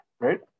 right